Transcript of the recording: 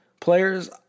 players